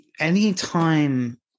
anytime